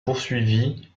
poursuivi